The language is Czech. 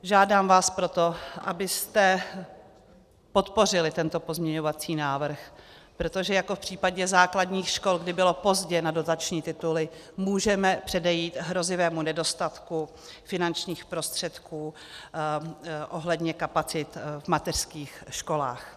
Žádám vás proto, abyste podpořili tento pozměňovací návrh, protože jako v případě základních škol, kdy bylo pozdě na dotační tituly, můžeme předejít hrozivému nedostatku finančních prostředků ohledně kapacit v mateřských školách.